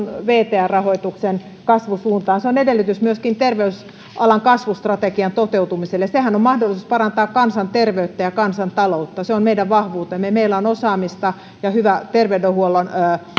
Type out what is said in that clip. vtr rahoituksen kasvusuuntaan se on edellytys myöskin terveysalan kasvustrategian toteutumiselle sehän on mahdollisuus parantaa kansanterveyttä ja kansantaloutta se on meidän vahvuutemme ja meillä on osaamista ja hyvä terveydenhuollon